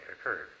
occurred